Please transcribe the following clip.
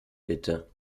bitte